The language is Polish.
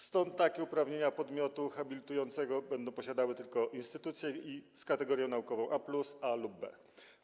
Stąd takie uprawnienia podmiotu habilitującego będą posiadały tylko instytucje z kategorią naukową A+, A lub B.